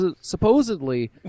Supposedly